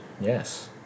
Yes